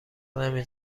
نمی